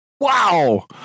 Wow